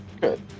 good